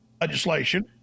legislation